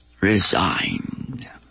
resigned